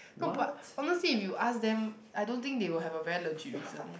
no but honestly if you ask them I don't think they will have a very legit reason